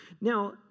Now